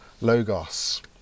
logos